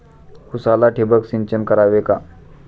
उसाला ठिबक सिंचन करावे का?